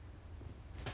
actually 我还没有吃 leh